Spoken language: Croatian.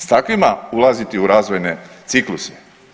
S takvima ulaziti u razvojne cikluse?